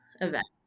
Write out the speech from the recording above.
events